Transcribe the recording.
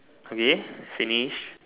okay finish